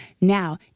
Now